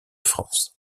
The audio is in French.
france